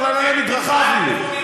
בכלל אין בהם מדרכה אפילו,